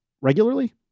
regularly